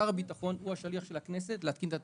שר הביטחון הוא השליח של הכנסת להתקין את התקנות.